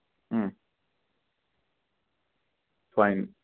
ಹ್ಞ್ fine